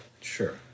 Sure